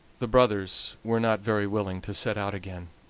the brothers were not very willing to set out again,